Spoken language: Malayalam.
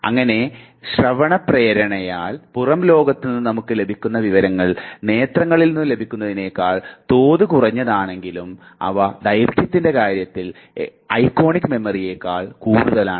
അങ്ങനെ ശ്രവണ പ്രേരണയാൽ പുറം ലോകത്തു നിന്ന് നമുക്ക് ലഭിക്കുന്ന വിവരങ്ങൾ നേത്രങ്ങളിൽനിന്നു ലഭിക്കുന്നതിനേക്കാൾ തോത് കുറഞ്ഞതാണെങ്കിലും അവ ദൈർഘ്യത്തിൻറെ കാര്യത്തിൽ ഐക്കോണിക് മെമ്മറിയെക്കക്കാൾ കൂടുതലാണ്